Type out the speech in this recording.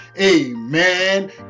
amen